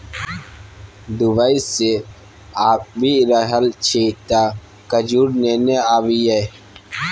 Dubai सँ आबि रहल छी तँ खजूर नेने आबिहे